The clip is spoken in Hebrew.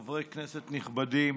חברי כנסת נכבדים,